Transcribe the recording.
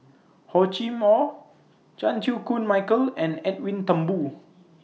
Hor Chim Or Chan Chew Koon Michael and Edwin Thumboo